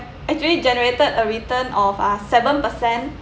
actually generated a return of uh seven per cent